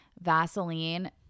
Vaseline